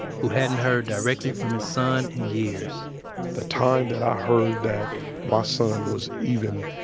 who hadn't heard directly from his son in years the time that i heard that my son was even,